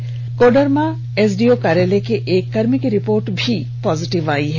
इसके अलावा कोडरमा एसडीओ कार्यालय के एक कर्मी की रिपोर्ट भी पॉजिटिव आई है